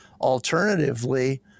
Alternatively